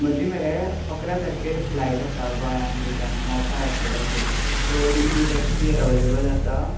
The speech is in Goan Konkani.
म्हजे मरे इकरा तारखेर फ्लायट आसा गोंयान रीटर्न मोपा एरपोटाचेर सो तुमची टेक्सी अवेलेबल आसा